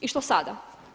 I što sada?